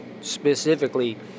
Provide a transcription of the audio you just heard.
specifically